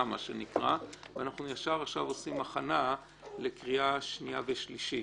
ואנחנו עושים עכשיו ישר הכנה לקריאה שנייה ושלישית.